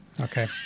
Okay